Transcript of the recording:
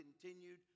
continued